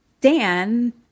dan